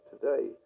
today